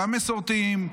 גם למסורתיים,